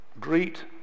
greet